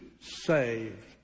saved